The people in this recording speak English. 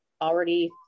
already